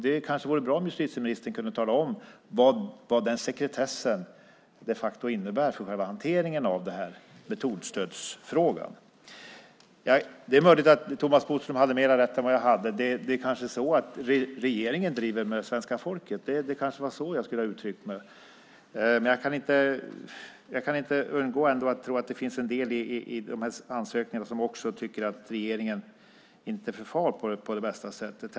Det kanske vore bra om justitieministern kunde tala om vad den sekretessen de facto innebär för själva hanteringen av metodstödsfrågan. Det är möjligt att Thomas Bodström hade mer rätt än jag. Det kanske är så att regeringen driver med svenska folket. Det kanske var så jag skulle ha uttryckt mig. Jag kan inte undgå att tro att det finns en del som tycker att regeringen inte förfar på det bästa sättet när det gäller ansökningarna.